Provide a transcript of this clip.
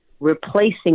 replacing